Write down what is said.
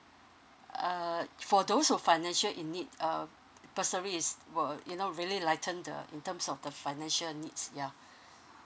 uh for those who financial in it um bursary is will you know really lighten the in terms of the financial needs ya